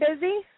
busy